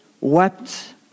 wept